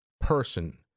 person